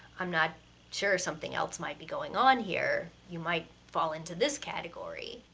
i'm not sure, something else might be going on here, you might fall into this category.